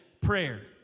Prayer